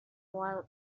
wild